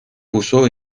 puso